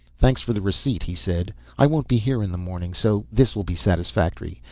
thanks for the receipt, he said. i won't be here in the morning so this will be satisfactory.